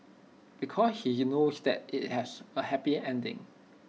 because he knows that IT has A happy ending